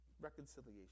reconciliation